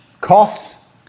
costs